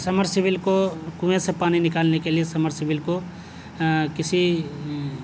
سمر sable کو کنویں سے پانی نکالنے کے لیے سمر سیبل کو کسی